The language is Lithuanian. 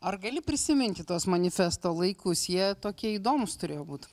ar gali prisiminti tuos manifesto laikus jie tokie įdomūs turėjo būt